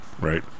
right